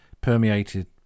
permeated